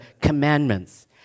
commandments